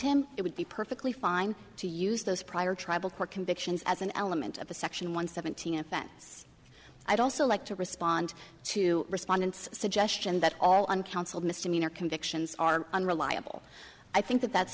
him it would be perfectly fine to use those prior tribal court convictions as an element of a section one seventeen offense i'd also like to respond to respondents suggestion that all on council misdemeanor convictions are unreliable i think that that's